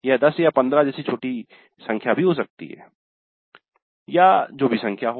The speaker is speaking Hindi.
यह 10 या 15 जैसी छोटी संख्या भी हो सकती है या जो भी संख्या हो